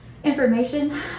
Information